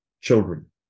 children